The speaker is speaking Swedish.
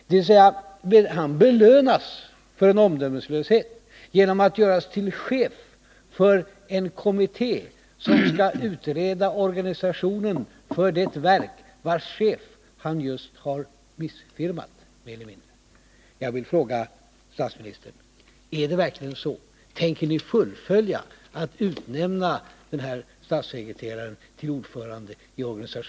Han belönas alltså för en omdömeslöshet genom att göras till chef för en kommitté som skall utreda organisationen för det verk vars chef han just har, mer eller mindre, missfirmat.